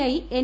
I N